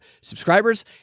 subscribers